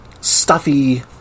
stuffy